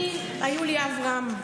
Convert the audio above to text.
אני, היו לי אברהם,